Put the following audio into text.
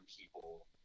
people